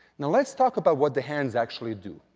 now let's talk about what the hands actually do.